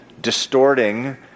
Distorting